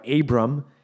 Abram